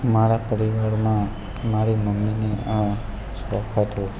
મારા પરિવારમાં મારી મમ્મીને આ શોખ હતો